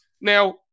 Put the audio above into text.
Now